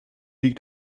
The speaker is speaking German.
liegt